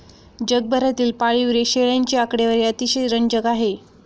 जगभरातील पाळीव शेळ्यांची आकडेवारी अतिशय रंजक आहे